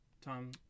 Tom